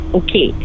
okay